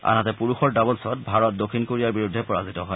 আনহাতে পুৰুষৰ ডাবলছত ভাৰত দক্ষিণ কোৰিয়াৰ বিৰুদ্ধে পৰাজিত হয়